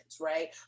right